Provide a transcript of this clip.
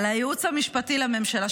על הייעוץ המשפטי לממשלה,